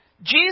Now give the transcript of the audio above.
Jesus